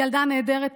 ילדה נהדרת,